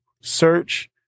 search